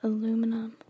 Aluminum